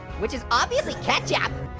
which is obviously ketchup!